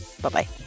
bye-bye